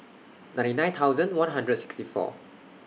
ninety nine thousand one hundred sixty four